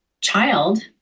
child